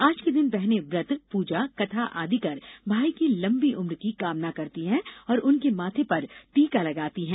आज के दिन बहने व्रत पूजा कथा आदि कर भाई की लंबी उम्र की कामना करती हैं और उनके माथे पर टीका लगाती हैं